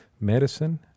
medicine